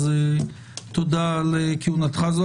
אז תודה על כהונתך זו,